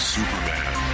Superman